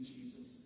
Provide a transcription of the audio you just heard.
Jesus